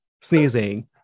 sneezing